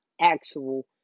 actual